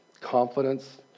confidence